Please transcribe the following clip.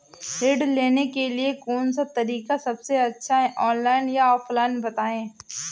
ऋण लेने के लिए कौन सा तरीका सबसे अच्छा है ऑनलाइन या ऑफलाइन बताएँ?